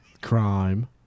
crime